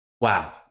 wow